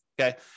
okay